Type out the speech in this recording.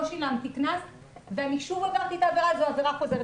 לא שילמתי קנס ושוב עברתי את העבירה זו עבירה חוזרת.